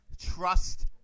trust